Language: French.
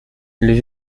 les